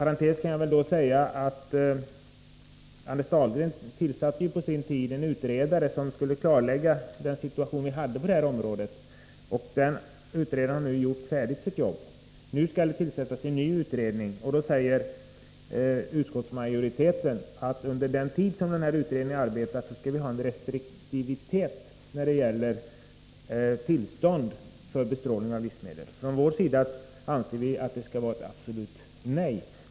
Anders Dahlgren tillsatte på sin tid en utredare som skulle klarlägga den situation som vi har på det här området. Den utredaren har nu gjort färdigt arbetet. Nu skall det tillsättas en ny utredning, och då säger utskottsmajoriteten att under den tid som utredningen arbetar skall vi iaktta restriktivitet när det gäller tillstånd till bestrålning av livsmedel. Från centerpartiet anser vi emellertid att det skall vara ett absolut nej.